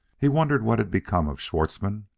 he wondered what had become of schwartzmann,